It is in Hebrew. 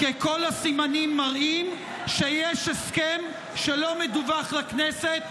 כי כל הסימנים מראים שיש הסכם שלא מדווח לכנסת,